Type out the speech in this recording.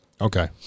Okay